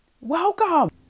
Welcome